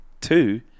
two